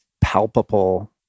palpable